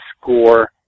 score